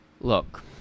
Look